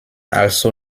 also